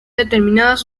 determinadas